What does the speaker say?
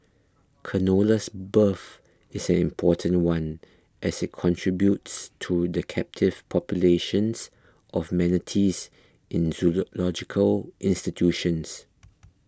canola's birth is an important one as it contributes to the captive populations of manatees in zoological institutions